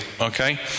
okay